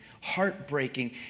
heartbreaking